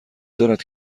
دارد